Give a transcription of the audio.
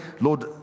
Lord